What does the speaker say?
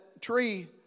tree